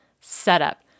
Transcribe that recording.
setup